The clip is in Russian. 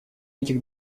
этих